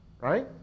right